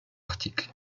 article